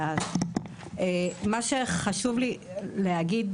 חשוב לי להגיד